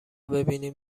ببینیم